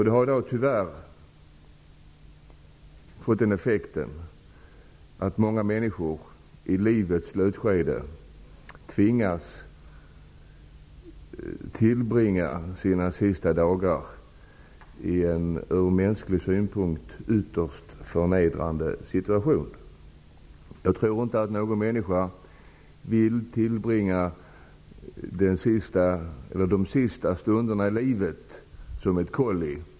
Det positiva har också fått den effekten att många människor i livets slutskede tvingas tillbringa sina sista dagar i en ur mänsklig synpunkt ytterst förnedrande situation. Jag tror inte att någon människa vill tillbringa de sista stunderna i livet som ett kolli.